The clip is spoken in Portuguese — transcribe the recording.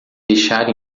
deixar